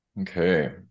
Okay